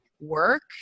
work